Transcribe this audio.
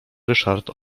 ryszard